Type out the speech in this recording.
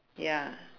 ya